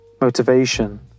Motivation